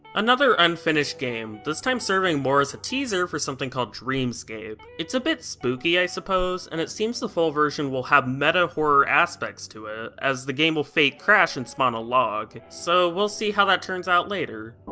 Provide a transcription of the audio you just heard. another unfinished game, this time serving more as a teaser for something called dreamscape. it's a bit spooky i suppose, and it seems the full version will have meta-horror aspects to it, ah as the game will fake crash and spawn a log. so, we'll see how that turns out later.